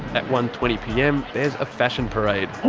at one. twenty pm there's a fashion parade.